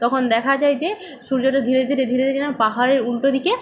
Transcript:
তখন দেখা যায় যে সূর্যটা ধীরে ধীরে ধীরে ধীরে কেমন পাহাড়ের উল্টো দিকে